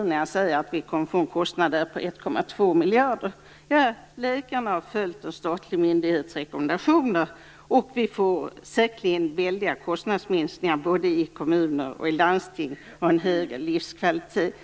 och man säger att vi i framtiden kommer att få kostnader på 1,2 miljarder kronor. Läkarna har följt en statlig myndighets rekommendationer. Det leder säkerligen till väldiga kostnadsminskningar både i kommuner och i landsting och till en högre livskvalitet.